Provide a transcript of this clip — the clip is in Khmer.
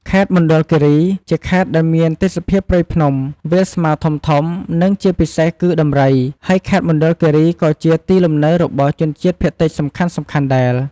ខេត្តមណ្ឌលគិរី ជាខេត្តដែលមានទេសភាពព្រៃភ្នំ វាលស្មៅធំៗ និងជាពិសេសគឺ ដំរី ហើយខេត្តមណ្ឌលគិរីក៏ជាទីលំនៅរបស់ ជនជាតិភាគតិចសំខាន់ៗដែល។